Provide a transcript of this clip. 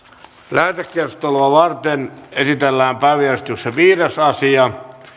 lähetekeskustelua varten esitellään päiväjärjestyksen viides asia